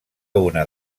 una